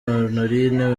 honorine